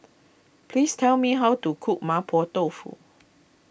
please tell me how to cook Mapo Tofu